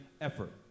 effort